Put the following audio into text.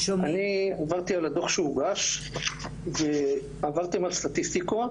אני עברתי על הדוח שהוגש ועברתי על סטטיסטיקות